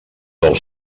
del